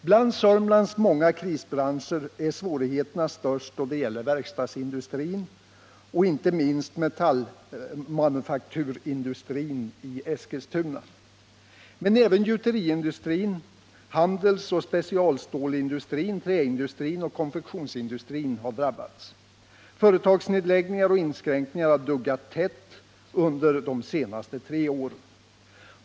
Bland Sörmlands många krisbranscher är svårigheterna störst då det gäller verkstadsindustrin och inte minst metallmanufakturindustrin i Eskilstuna. Men även gjuteriindustrin, handelsoch specialstålsindustrin, träindustrin och konfektionsindustrin har drabbats. Företagsnedläggningar och inskränkningar har duggat tätt under de senaste tre åren.